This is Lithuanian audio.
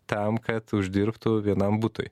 tam kad uždirbtų vienam butui